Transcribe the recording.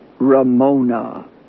Ramona